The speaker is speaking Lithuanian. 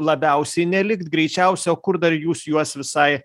labiausiai nelikt greičiausiai o kur dar jūs juos visai